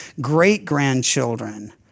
great-grandchildren